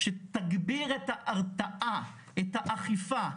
שתגביר את ההרתעה, את האכיפה.